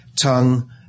tongue